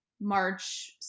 March